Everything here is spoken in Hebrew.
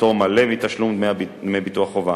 פטור מלא מתשלום דמי ביטוח חובה.